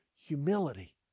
humility